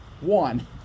One